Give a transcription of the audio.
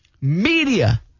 media